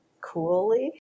coolly